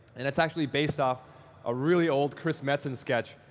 and it's actually based off a really old chris metzen sketch,